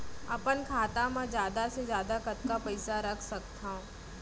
अपन खाता मा जादा से जादा कतका पइसा रख सकत हव?